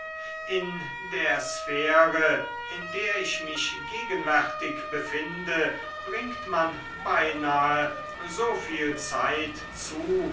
in der sphäre in der ich mich gegenwärtig befinde bringt man beinahe so viel zeit zu